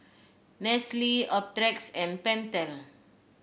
Nestle Optrex and Pentel